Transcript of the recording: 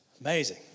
Amazing